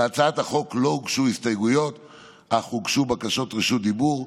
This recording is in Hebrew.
להצעת החוק לא הוגשו הסתייגויות אך הוגשו בקשות רשות דיבור,